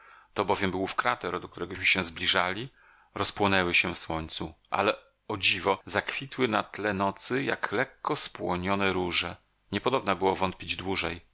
to bowiem był ów krater do któregośmy się zbliżali rozpłonęły w słońcu ale o dziwo zakwitły na tle nocy jak lekko spłonione róże niepodobna było wątpić dłużej